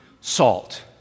salt